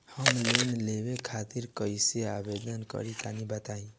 हम लोन लेवे खातिर कइसे आवेदन करी तनि बताईं?